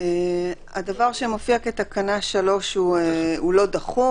הדבר שמופיע כתקנה 3 הוא לא דחוף.